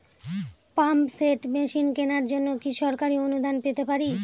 Pump set machine কেনার জন্য কি সরকারি অনুদান পেতে পারি?